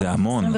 זה המון.